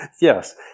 Yes